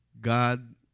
God